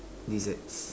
deserts